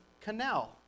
canal